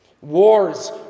Wars